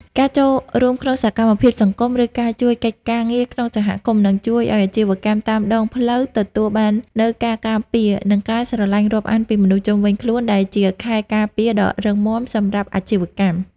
ការចូលរួមក្នុងសកម្មភាពសង្គម ឬការជួយកិច្ចការងារក្នុងសហគមន៍ នឹងជួយឱ្យអាជីវកម្មតាមដងផ្លូវទទួលបាននូវការការពារ និងការស្រឡាញ់រាប់អានពីមនុស្សជុំវិញខ្លួន ដែលជាខែលការពារដ៏រឹងមាំសម្រាប់អាជីវកម្ម។